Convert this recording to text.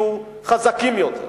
יהיו חזקים יותר.